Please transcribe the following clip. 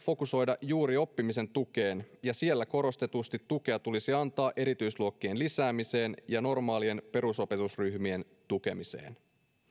fokusoida juuri oppimisen tukeen ja siellä korostetusti tukea tulisi antaa erityisluokkien lisäämiseen ja normaalien perusopetusryhmien tukemiseen